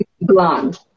blonde